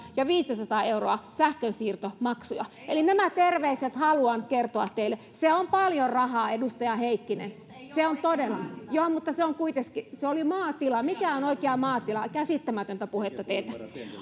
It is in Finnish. ja viisisataa euroa sähkönsiirtomaksuja eli nämä terveiset haluan kertoa teille se on paljon rahaa edustaja heikkinen se on todella se oli maatila mikä on oikea maatila käsittämätöntä puhetta teiltä